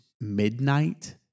Midnight